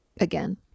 again